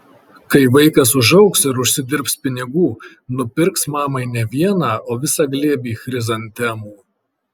kai vaikas užaugs ir užsidirbs pinigų nupirks mamai ne vieną o visą glėbį chrizantemų